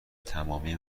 تمامی